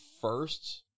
first